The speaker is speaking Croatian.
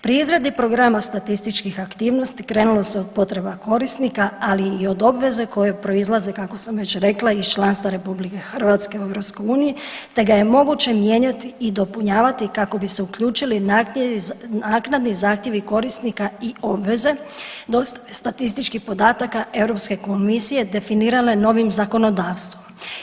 Pri izradi programa statističkih aktivnosti krenulo se od potreba korisnika, ali i od obveze koje proizlaze kako sam već rekla iz članstva RH u EU, te ga je moguće mijenjati i dopunjavati kako bi se uključili naknadni zahtjevi korisnika i obveze dostave statističkih podataka Europske komisije definirale novim zakonodavstvom.